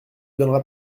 donnera